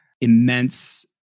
Immense